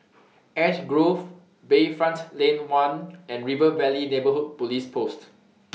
Ash Grove Bayfront Lane one and River Valley Neighbourhood Police Post